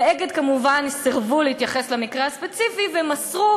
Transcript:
ב"אגד" כמובן סירבו להתייחס למקרה הספציפי ומסרו